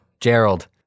gerald